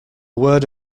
word